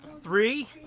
Three